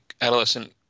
adolescent